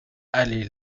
allée